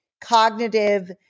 cognitive